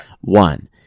One